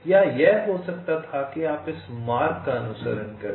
या यह हो सकता था कि आप इस मार्ग का अनुसरण कर सकें